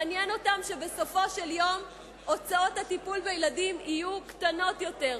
מעניין אותן שבסופו של יום הוצאות הטיפול בילדים יהיו קטנות יותר,